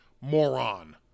moron